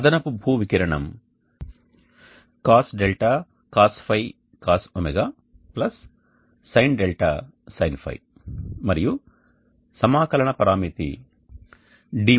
అదనపు భూ వికిరణం cos δ cos φ cos ω sinδ sin φ మరియు సమాకలన పరామితి dω